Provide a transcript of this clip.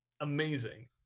Amazing